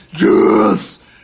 Yes